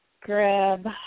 grab